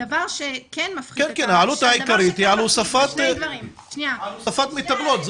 הדבר שכן מפחית --- העלות העיקרית היא על הוספת מטפלות.